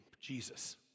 Jesus